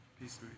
peace